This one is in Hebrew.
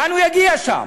לאן הוא יגיע שם?